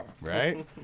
Right